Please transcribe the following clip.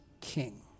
king